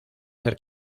ser